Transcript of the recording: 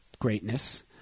Greatness